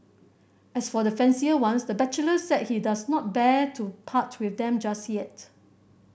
as for the fancier ones the bachelor said he does not bear to part with them just yet